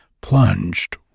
plunged